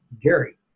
Gary